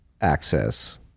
access